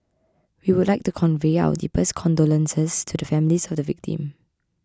we would like to convey our deepest condolences to the families of the victims